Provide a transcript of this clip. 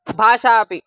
भाषापि